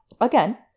again